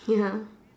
ya